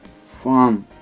fun